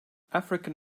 african